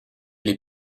les